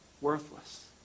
worthless